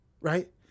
right